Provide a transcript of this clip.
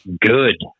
good